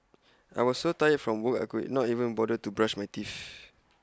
I was so tired from work I could not even bother to brush my teeth